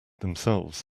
themselves